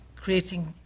creating